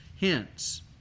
hence